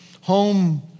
home